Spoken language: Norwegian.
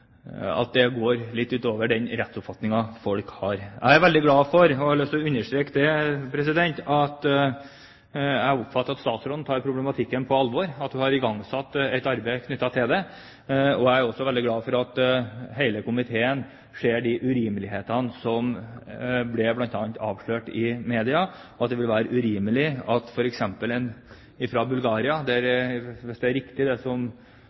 over nyttår, går litt utover den rettsoppfatningen folk har. Jeg er veldig glad for – og har lyst til å understreke det – at statsråden tar problematikken på alvor, og at hun har igangsatt et arbeid knyttet til det. Jeg er også veldig glad for at hele komiteen ser de urimelighetene som bl.a. ble avslørt i media. Det ville være urimelig at en fra Bulgaria – hvis det er riktig det